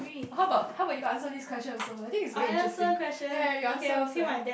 or how bout how bout you answer this question also I think it's very interesting ya ya you answer as well